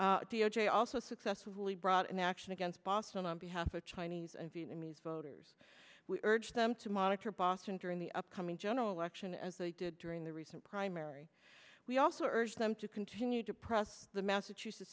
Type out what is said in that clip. j also successfully brought an action against boston on behalf of chinese and vietnamese voters we urge them to monitor boston during the upcoming general election as they did during the recent primary we also urged them to continue to press the massachusetts